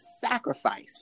sacrifice